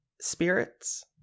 spirits